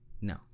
No